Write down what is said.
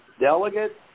delegate